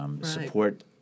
support